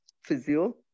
physio